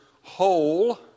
whole